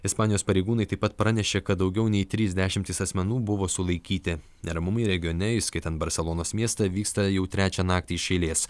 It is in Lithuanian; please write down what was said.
ispanijos pareigūnai taip pat pranešė kad daugiau nei trys dešimtys asmenų buvo sulaikyti neramumai regione įskaitant barselonos miestą vyksta jau trečią naktį iš eilės